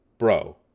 Bro